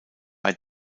bei